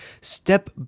step